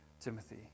Timothy